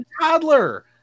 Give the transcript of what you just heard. toddler